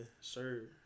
sir